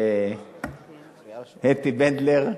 אתי בנדלר,